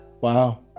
Wow